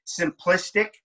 simplistic